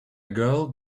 girl